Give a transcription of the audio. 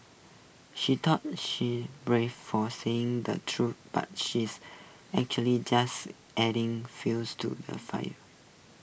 she thought she's brave for saying the truth but she's actually just adding fuels to the fire